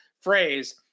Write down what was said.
phrase